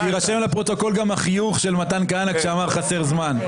שיירשם לפרוטוקול גם החיוך של מתן כהנא כשהוא אמר שחסר זמן,